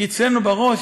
כי אצלנו בראש,